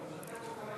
אני מנחם אותו.